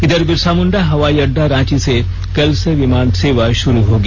इधर बिरसा मुंडा हवाई अड्डा रांची से कल से विमान सेवा शुरू होगी